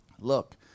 look